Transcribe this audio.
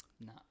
No